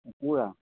কুকুৰা